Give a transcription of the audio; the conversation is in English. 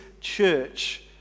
church